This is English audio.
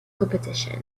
competition